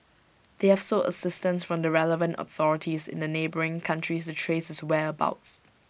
they have sought assistance from the relevant authorities in the neighbouring countries to trace his whereabouts